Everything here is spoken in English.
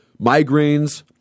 migraines